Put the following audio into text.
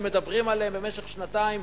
שמדברים עליהם במשך שנתיים,